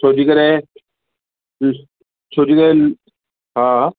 छा जे करे ॾिसु छा जे करे हा